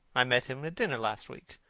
i met him at dinner last week.